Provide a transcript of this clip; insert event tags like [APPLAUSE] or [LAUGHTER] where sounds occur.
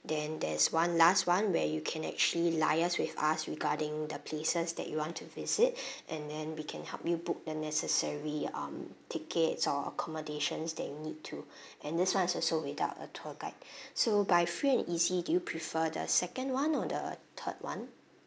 then there's one last [one] where you can actually liaise with us regarding the places that you want to visit [BREATH] and then we can help you book the necessary um tickets or accommodations that you need to and this [one] is also without a tour guide [BREATH] so by free and easy do you prefer the second [one] or the third [one]